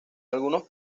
algunos